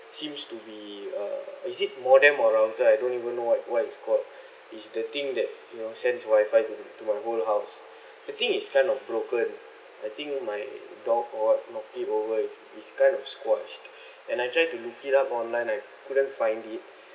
seems to be uh is it modem or router I don't even know what what it's called is the thing that you know sends wi-fi to the to my whole house the thing is kind of broken I think my dog or what knocked it over it it's kind of squashed and I tried to look it up online and I couldn't find it